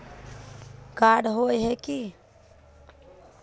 Card होय है की?